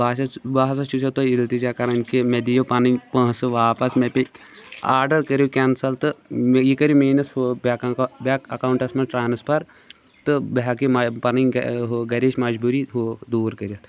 بہٕ ہَسا بہٕ ہَسا چھُسو تۄہِہ اِلتجا کَران کہ مےٚ دِیو پَنٕنۍ پۄنٛسہٕ واپَس مےٚ پے آرڈَر کٔرو کٮ۪نسَل تہٕ یہِ کٔرو میٛٲنِس ہُہ بینٛک اَکا بینٛک اَکاوُنٛٹَس منٛز ٹرٛانَسفَر تہٕ بہٕ ہیٚکہٕ یہِ مہ پںٕنۍ گَرِچ مجبوٗری ہُہ دوٗر کٔرِتھ